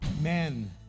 Men